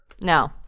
No